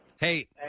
hey